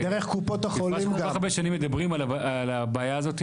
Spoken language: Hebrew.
אנחנו כל כך הרבה שנים מדברים על הבעיה הזאת.